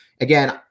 Again